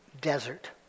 Desert